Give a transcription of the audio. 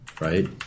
right